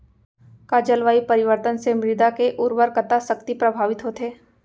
का जलवायु परिवर्तन से मृदा के उर्वरकता शक्ति प्रभावित होथे?